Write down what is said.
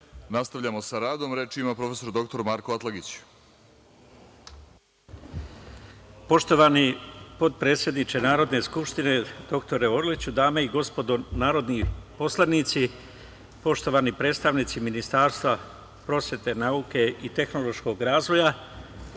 Nastavljamo sa radom. Reč ima prof. dr Marko Atlagić. **Marko Atlagić** Poštovani potpredsedniče Narodne skupštine dr Orliću, dame i gospodo narodni poslanici, poštovani predstavnici Ministarstva prosvete, nauke i tehnološkog razvoja,